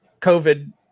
COVID